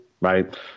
right